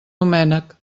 doménec